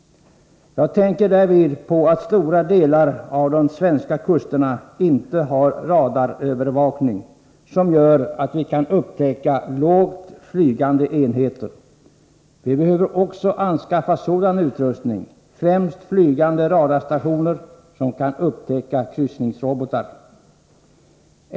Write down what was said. Jag tänker därvid på att stora delar av de svenska kusterna inte har radarövervakning som gör att vi kan upptäcka lågt flygande enheter. Vi behöver anskaffa utrustning — främst flygande radarstationer — som kan upptäcka kryssningsrobotar.